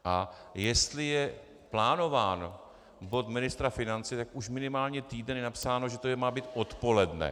A jestli je plánován bod ministra financí, tak už minimálně týden je napsáno, že to má být odpoledne.